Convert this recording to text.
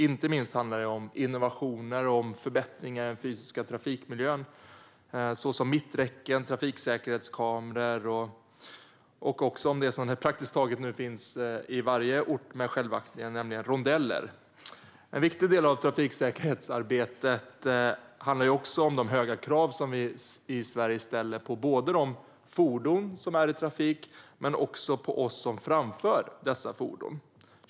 Inte minst handlar det om innovationer och förbättringar i den fysiska trafikmiljön, såsom mitträcken, trafiksäkerhetskameror och det som nu finns i praktiskt taget varje ort med självaktning, nämligen rondeller. En viktig del av trafiksäkerhetsarbetet handlar också om de höga krav som vi i Sverige ställer på både de fordon som är i trafik och oss som framför dessa fordon.